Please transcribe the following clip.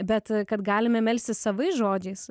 bet kad galime melstis savais žodžiais